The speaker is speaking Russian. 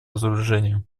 разоружению